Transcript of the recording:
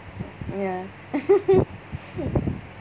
ya